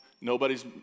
Nobody's